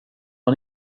han